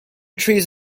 trees